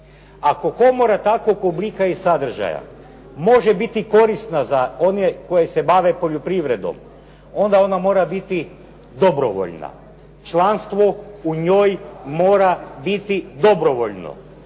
Ako komora takvog oblika i sadržaja može biti korisna za one koji se bave poljoprivredom onda ona mora biti dobrovoljna. Članstvo u njoj mora biti dobrovoljno.